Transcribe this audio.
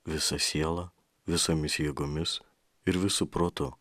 visa siela visomis jėgomis ir visu protu